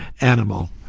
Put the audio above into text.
animal